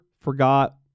forgot